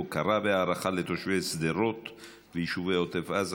הוקרה והערכה לתושבי שדרות ועוטף עזה,